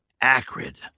acrid